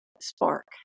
spark